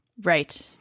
Right